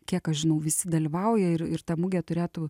kiek aš žinau visi dalyvauja ir ir ta mugė turėtų